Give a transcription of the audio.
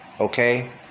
Okay